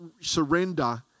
surrender